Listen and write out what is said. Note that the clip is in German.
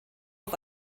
auf